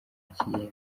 kigenda